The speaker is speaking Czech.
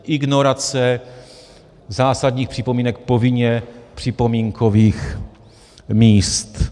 Ignorace zásadních připomínek povinně připomínkových míst.